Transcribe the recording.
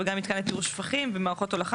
וגם מתקן לטיהור שפכים ומערכות הולכה